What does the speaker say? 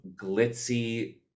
glitzy